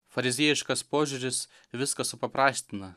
fariziejiškas požiūris viską supaprastina